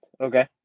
Okay